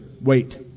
Wait